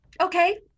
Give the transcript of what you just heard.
Okay